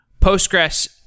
Postgres